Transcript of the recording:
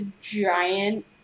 giant